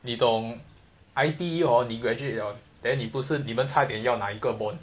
你懂 I_T_E hor 你 graduate liao then 你差不多要拿一个 bond